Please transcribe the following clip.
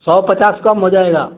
सौ पचास कम हो जाएगा